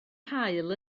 haul